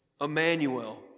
Emmanuel